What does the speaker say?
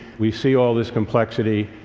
we see all this complexity.